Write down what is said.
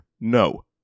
No